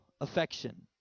affection